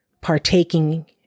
partaking